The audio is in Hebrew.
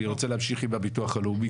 אני רוצה להמשיך עם הביטוח הלאומי,